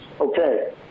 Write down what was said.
Okay